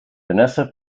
vanessa